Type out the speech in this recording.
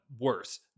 worse